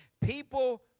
people